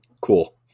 Cool